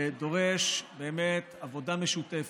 ודורש באמת עבודה משותפת,